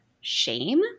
shame